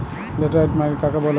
Laterite মাটি কাকে বলে?